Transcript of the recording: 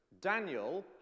Daniel